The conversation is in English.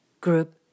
group